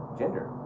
gender